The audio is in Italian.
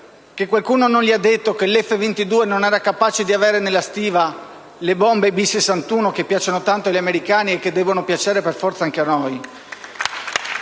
Forse qualcuno non gli ha detto che l'F-22 non era capace di portare nella stiva le bombe B61 che piacciono tanto agli americani e devono piacere per forza anche a noi?